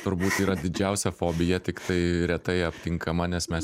turbūt yra didžiausia fobija tiktai retai aptinkama nes mes